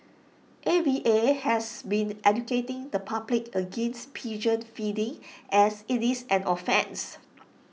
A V A has been educating the public against pigeon feeding as IT is an offence